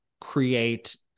create